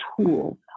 tool